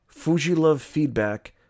fujilovefeedback